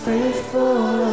Faithful